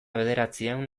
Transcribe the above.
bederatziehun